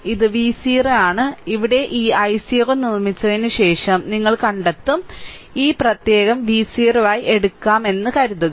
ഇത് V0 ആണ് ഇവിടെ ഈ i0 നിർമ്മിച്ചതിനുശേഷം നിങ്ങൾ കണ്ടെത്തും ഈ പ്രത്യയം V0 ആയി എടുക്കണമെന്ന് കരുതുക